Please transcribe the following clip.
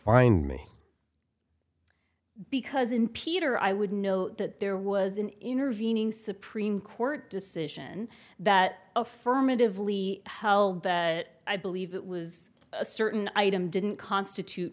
find me because in peter i would know that there was an intervening supreme court decision that affirmatively how i believe it was a certain item didn't constitute